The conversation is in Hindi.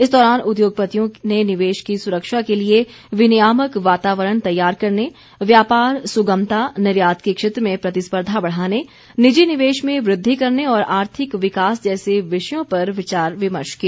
इस दौरान उद्योगपतियों ने निवेश की सुरक्षा के लिए विनियामक वातावरण तैयार करने व्यापार सुगमता निर्यात के क्षेत्र में प्रतिस्पर्धा बढ़ाने निजी निवेश मे वृद्धि करने और आर्थिक विकास जैसे विषयों पर विचार विमर्श किया